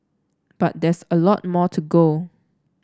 but there's a lot more to go